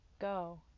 Go